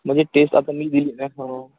म्हणजे टेस्ट आता मी दिली ना हां